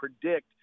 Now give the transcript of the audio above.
predict